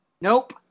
Nope